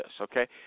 okay